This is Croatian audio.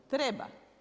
Treba.